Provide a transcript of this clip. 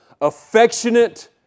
affectionate